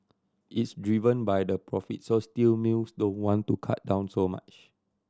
it's driven by the profit so steel mills don't want to cut down so much